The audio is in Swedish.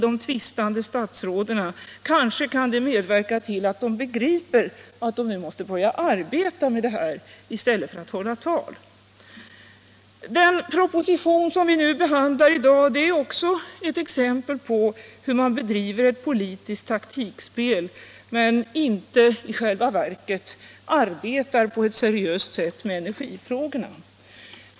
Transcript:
Det skulle kanske kunna medverka till att statsråden begriper att de nu måste börja arbeta med dessa frågor i stället för att hålla tal. Den proposition som vi i dag behandlar är också den ett exempel på hur man bedriver ett politiskt taktikspel men i själva verket inte arbetar på ett seriöst sätt med energifrågorna.